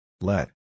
Let